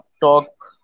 talk